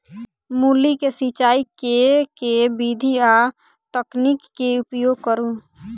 मूली केँ सिचाई केँ के विधि आ तकनीक केँ उपयोग करू?